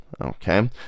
okay